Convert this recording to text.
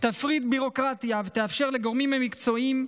תפחית ביורוקרטיה ותאפשר לגורמים המקצועיים,